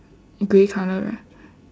grey colour right